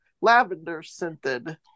lavender-scented